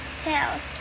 tails